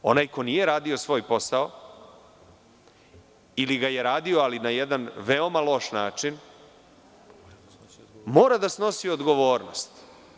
Onaj ko nije radio svoj posao, ili ga je radio ali na jedan veoma loš način, mora da snosi odgovornost.